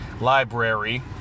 Library